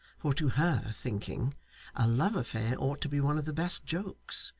for to her thinking a love affair ought to be one of the best jokes,